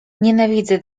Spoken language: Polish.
nienawidzę